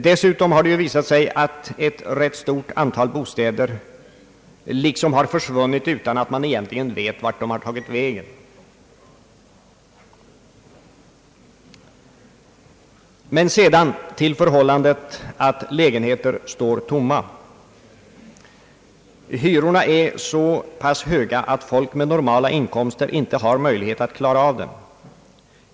Dessutom har det ju visat sig att ett rätt stort antal bostäder liksom har försvunnit utan att man egentligen vet vart de har tagit vägen. Men sedan till förhållandet att lägenheter står tomma! Hyrorna är så höga att folk med normala inkomster inte har möjlighet att klara av dem.